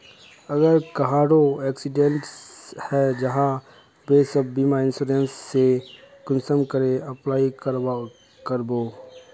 अगर कहारो एक्सीडेंट है जाहा बे तो बीमा इंश्योरेंस सेल कुंसम करे अप्लाई कर बो?